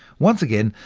once again,